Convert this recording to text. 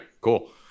cool